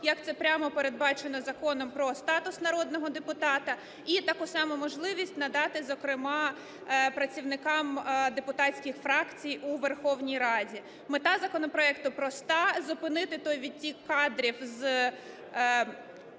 як це прямо передбачено Законом про статус народного депутата. І таку саму можливість надати, зокрема, працівникам депутатських фракцій у Верховній Раді. Мета законопроекту проста – зупинити той відтік кадрів з